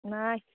নাই